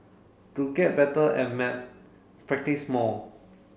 to get better at maths practice more